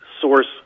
source